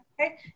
okay